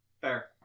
fair